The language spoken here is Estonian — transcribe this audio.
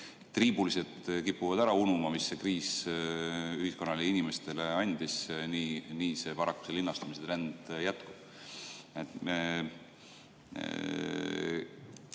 triibulised kipuvad ära unuma, mis see kriis ühiskonnale ja inimestele andis, nii ka paraku linnastumise trend jätkub.